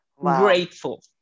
Grateful